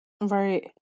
right